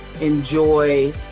enjoy